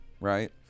right